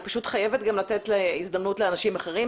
אני פשוט חייבת לתת הזדמנות גם לאנשים אחרים.